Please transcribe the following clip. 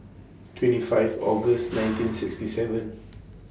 twenty five August nineteen sixty seven